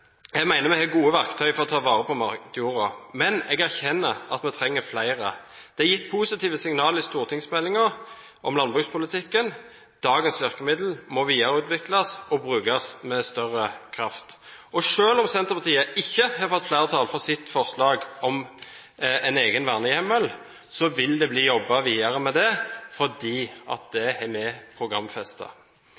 Jeg mener vi har gode verktøyer for å ta vare på matjorda, men jeg erkjenner at vi trenger flere. Det er gitt positive signaler i stortingsmeldingen om landbrukspolitikken. Dagens virkemidler må videreutvikles og brukes med større kraft. Selv om Senterpartiet ikke har fått flertall for sitt forslag om en egen vernehjemmel, vil det bli jobbet videre med, fordi det